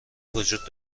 وجود